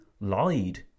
lied